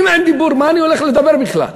אם אין דיבור, מה אני הולך לדבר בכלל?